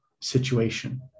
situation